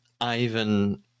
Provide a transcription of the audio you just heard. Ivan